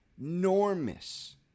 Enormous